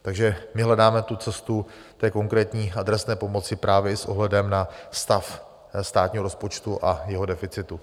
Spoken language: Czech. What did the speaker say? Takže my hledáme cestu konkrétní adresné pomoci právě i s ohledem na stav státního rozpočtu a jeho deficitu.